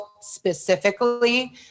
specifically